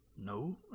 No